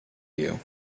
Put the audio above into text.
you